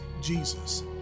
Jesus